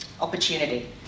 opportunity